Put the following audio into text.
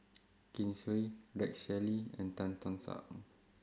Kin Chui Rex Shelley and Tan Tock San